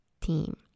team